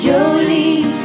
Jolie